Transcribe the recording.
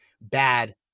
bad